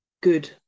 good